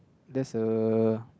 that's a